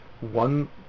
one